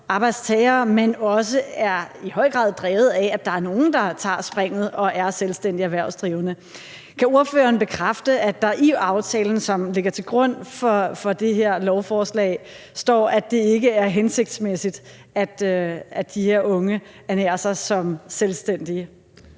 arbejdstagere, men som i høj grad også er drevet af, at der er nogle, der tager springet og er selvstændige erhvervsdrivende. Kan ordføreren bekræfte, at der i aftalen, som ligger til grund for det her lovforslag, står, at det ikke er hensigtsmæssigt, at de her unge ernærer sig som selvstændige?